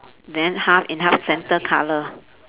then half in half centre colour